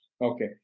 Okay